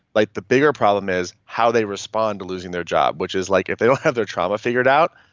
like the bigger problem is how they respond to losing their job. which is, like if they don't have their trauma figured out,